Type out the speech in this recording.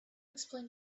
explain